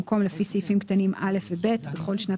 במקום "לפי סעיפים קטנים (א) ו-(ב) בכל שנת